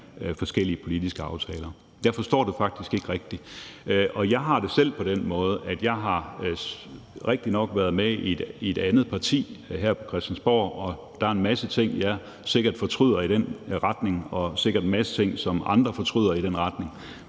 forskellige politiske aftaler. Jeg forstår det faktisk ikke rigtig, og jeg har det selv på den måde, at jeg rigtignok har været med i et andet parti her på Christiansborg, og der er en masse ting, jeg sikkert fortryder i den retning, og sikkert en masse ting, som andre fortryder i den retning.